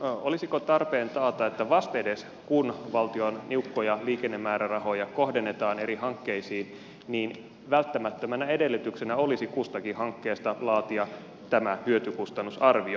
olisiko tarpeen taata että vastedes kun valtion niukkoja liikennemäärärahoja kohdennetaan eri hankkeisiin välttämättömänä edellytyksenä olisi kustakin hankkeesta laatia tämä hyötykustannus arvio